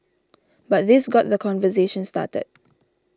but this got the conversation started